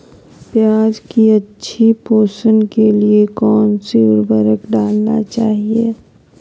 प्याज की अच्छी पोषण के लिए कौन सी उर्वरक डालना चाइए?